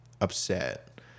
upset